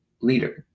leader